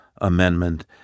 amendment